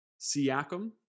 Siakam